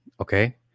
okay